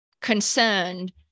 concerned